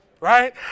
right